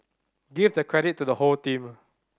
give the credit to the whole team